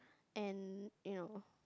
and you know